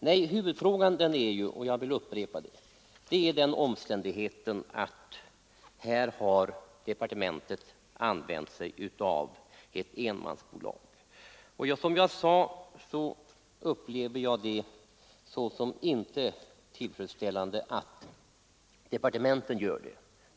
Nej, huvudfrågan gäller den omständigheten att departementet anlitat ett enmansbolag. Som jag sade upplever jag det som mycket otillfredsställande att departementen anlitar enmansbolag.